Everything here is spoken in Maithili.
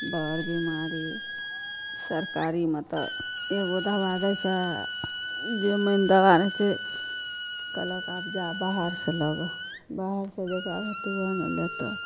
बर बिमारी सरकारीमे तऽ एगो दवा दै छै जे मेन दवा रहै छै कहलक आब जा बाहरसँ लाउ गऽ बाहरसँ जकरा रहतै ओहए ने लेतै